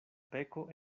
peko